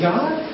God